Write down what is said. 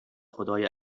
خدای